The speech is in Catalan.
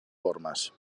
formes